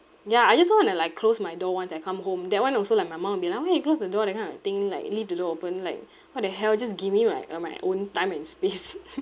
ya I just want to like close my door once I come home that [one] also like my mum will be like why you close the door that kind of thing like leave the door open like what the hell just give me like uh my own time and space